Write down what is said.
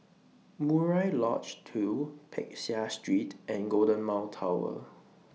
Murai Lodge two Peck Seah Street and Golden Mile Tower